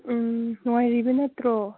ꯎꯝ ꯅꯨꯡꯉꯥꯏꯔꯤꯕ ꯅꯠꯇ꯭ꯔꯣ